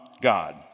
God